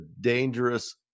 dangerous